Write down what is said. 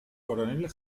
coronel